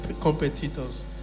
competitors